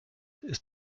ist